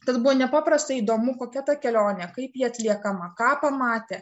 tad buvo nepaprastai įdomu kokia ta kelionė kaip ji atliekama ką pamatė